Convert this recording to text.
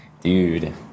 Dude